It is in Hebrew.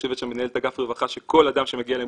שיושבת שם מנהלת אגף רווחה שכל אדם שמגיע אליה עם